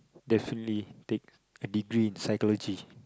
definitely take a degree in psychology